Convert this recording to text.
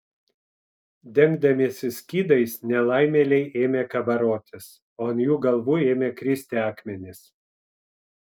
dengdamiesi skydais nelaimėliai ėmė kabarotis o ant jų galvų ėmė kristi akmenys